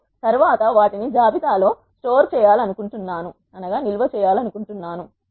మరియు తరువాత వాటిని జాబితా లో నిల్వ చేయాలనుకుంటున్నాను